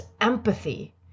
empathy